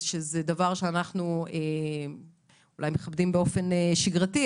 שזה דבר שאנחנו אולי מכבדים באופן שגרתי,